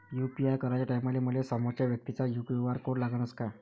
UPI कराच्या टायमाले मले समोरच्या व्यक्तीचा क्यू.आर कोड लागनच का?